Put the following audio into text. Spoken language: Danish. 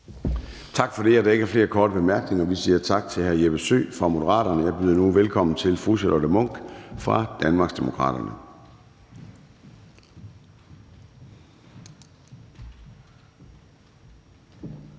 Tak for det. Der er ikke flere korte bemærkninger. Vi siger tak til hr. Jeppe Søe fra Moderaterne. Jeg byder nu velkommen til fru Charlotte Munch fra Danmarksdemokraterne. Kl.